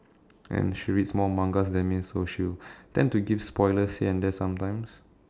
and she reads more mangas than me so she will tend to give spoilers here and there sometimes